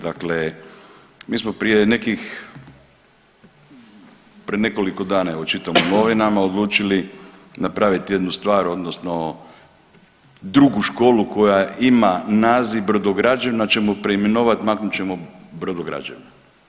Dakle, mi smo prije nekih, pred nekoliko dana evo čitam u novinama odlučili napraviti jednu stvar odnosno drugu školu koja ima naziv brodograđevna ćemo preimenovat, maknut ćemo brodograđevna.